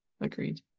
Agreed